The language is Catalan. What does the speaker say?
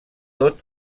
tot